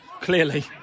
clearly